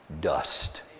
dust